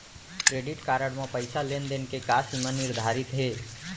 Credit card म पइसा लेन देन के का सीमा निर्धारित हे?